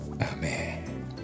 Amen